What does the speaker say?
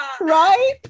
Right